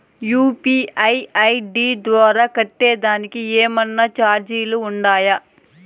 UPI ID ద్వారా కట్టేదానికి ఏమన్నా చార్జీలు ఉండాయా?